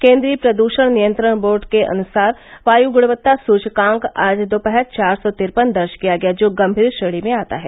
केन्द्रीय प्रदूषण नियंत्रण बोर्ड के अनुसार वायु गुणवत्ता सूचकांक आज दोपहर चार सौ तिरपन दर्ज किया गया जो गंभीर ंश्रेणी में आता है